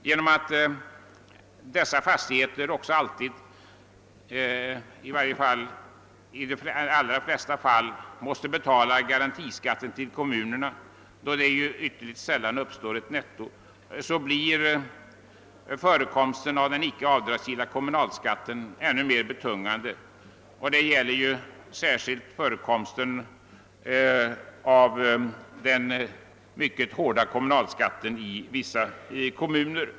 Genom att ägarna av dessa fastigheter också — i de allra flesta fall — får betala garantiskatt till kommunerna, då det ytterligt sällan uppstår något netto, blir förekomsten av den icke avdragsgilla kommunalskatten ännu mer betungande. Detta gäller särskilt de villaägare som bor i kommuner där kommunalskatterna är mycket höga.